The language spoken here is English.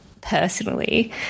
personally